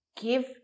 Give